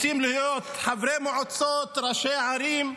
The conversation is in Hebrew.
רוצים להיות חברי מועצות, ראשי ערים.